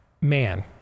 man